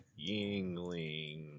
Yingling